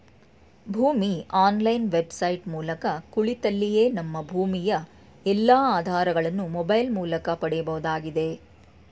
ಭೂಮಿ online website ಮೂಲಕ ಕುಳಿತಲ್ಲಿಯೇ ನಮ್ಮ ಭೂಮಿಯ ಎಲ್ಲಾ ಆಧಾರಗಳನ್ನು ಮೊಬೈಲ್ ಮೂಲಕ ಪಡೆಯಬಹುದಾಗಿದೆ